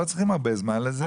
לא צריך הרבה זמן לזה.